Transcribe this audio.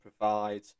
provide